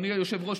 אדוני היושב-ראש,